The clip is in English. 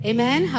Amen